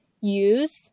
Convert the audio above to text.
use